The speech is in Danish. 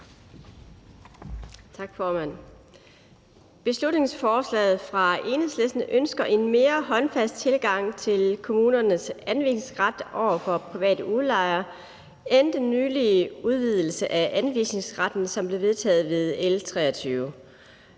Beslutningsforslaget fra Enhedslisten ønsker en mere håndfast tilgang til kommunernes anvisningsret over for private udlejere end den nylige udvidelse af anvisningsretten, som blev vedtaget ved L 23.